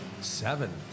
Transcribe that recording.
Seven